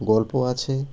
গল্প আছে